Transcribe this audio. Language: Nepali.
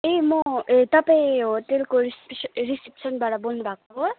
ए म ए तपाईँ होटेलको रिस्पि रिसिप्सनबाट बोल्नु भएको हो